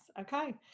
okay